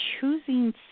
choosing